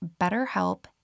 betterhelp